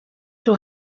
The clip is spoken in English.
too